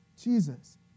Jesus